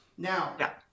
Now